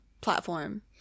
platform